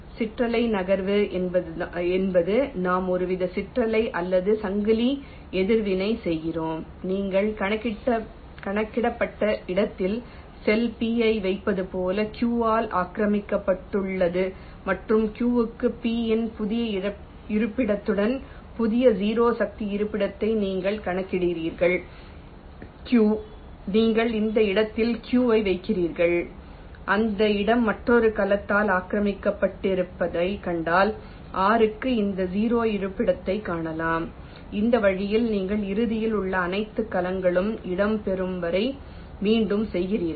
சிற்றலை நகர்வு என்பது நாம் ஒருவித சிற்றலை அல்லது சங்கிலி எதிர்வினை செய்கிறோம் நீங்கள் கணக்கிடப்பட்ட இடத்தில் செல் p ஐ வைப்பது போல q ஆல் ஆக்கிரமிக்கப்பட்டுள்ளது மற்றும் q க்கு p இன் புதிய இருப்பிடத்துடன் புதிய 0 சக்தி இருப்பிடத்தை நீங்கள் கணக்கிடுகிறீர்கள் q நீங்கள் அந்த இடத்தில் q ஐ வைக்கிறீர்கள் அந்த இடம் மற்றொரு கலத்தால் ஆக்கிரமிக்கப்பட்டிருப்பதைக் கண்டால் r க்கு இந்த 0 இருப்பிடத்தைக் காணலாம் இந்த வழியில் நீங்கள் இறுதியில் உள்ள அனைத்து கலங்களும் இடம் பெறும் வரை மீண்டும் செய்கிறீர்கள்